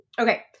Okay